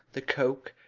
the coke,